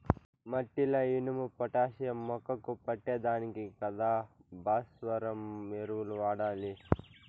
మట్టిల ఇనుము, పొటాషియం మొక్కకు పట్టే దానికి కదా భాస్వరం ఎరువులు వాడాలి